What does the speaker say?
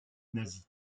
nazi